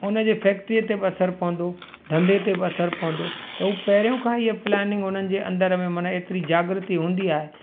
उन जे फैक्ट्रीअ ते बि असरु पवंदो धंधे ते बि असरु पवंदो त हू पहिरियों खां हीअ प्लानिंग हुननि जे अंदरि में एतिरी जाग्रति हूंदी आहे